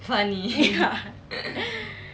ya